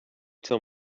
tell